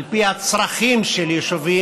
על פי הצרכים של יישובים,